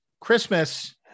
Christmas